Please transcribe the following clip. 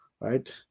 Right